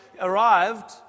arrived